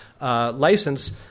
license